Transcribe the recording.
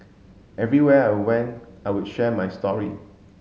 everywhere I went I would share my story